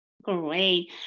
Great